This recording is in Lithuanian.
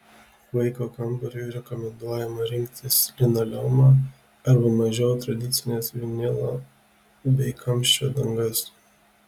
vaiko kambariui rekomenduojama rinktis linoleumą arba mažiau tradicines vinilo bei kamščio dangas